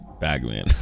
Bagman